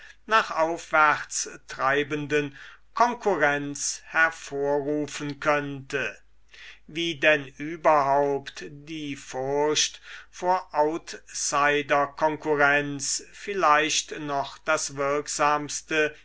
nach aufwärts treibenden konkurrenz hervorrufen könnte wie denn überhaupt die furcht vor outsiderkonkurrenz vielleicht noch das wirksamste